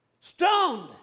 Stoned